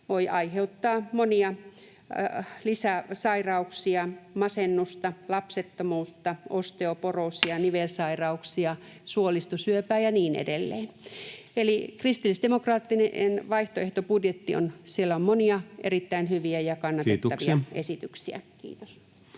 voi aiheuttaa monia lisäsairauksia: masennusta, lapsettomuutta, osteoporoosia, nivelsairauksia, suolistosyöpää ja niin edelleen. Eli kristillisdemokraattien vaihtoehtobudjetissa on monia erittäin hyviä ja kannatettavia esityksiä. — Kiitos.